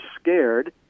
scared